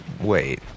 Wait